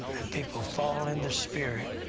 and people fall in the spirit